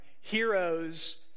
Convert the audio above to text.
heroes